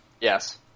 Yes